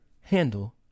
handle